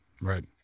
Right